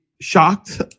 shocked